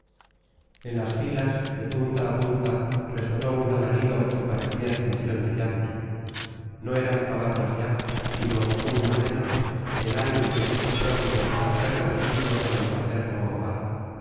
en las filas de punta a punta resonó un alarido que parecía explosión de llanto no eran palabras ya sino un lamento el ay del hijo pródigo al ser recibido en el paterno hogar